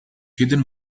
hidden